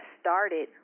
started